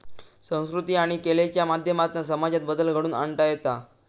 संकृती आणि कलेच्या माध्यमातना समाजात बदल घडवुन आणता येता